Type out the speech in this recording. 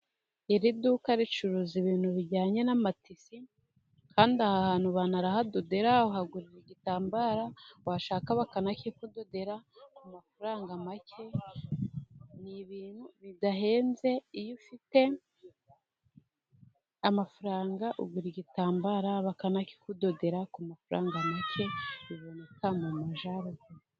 Iriduka ricuruza ibintu bijyanye n'amatisi kandi aha hantu barahadodera. Uhaguriye igitambara washaka bakanakikudodera ku mafaranga make bidahenze, iyo ufite amafaranga ugura igitambara bakanakudodera ku mafaranga make.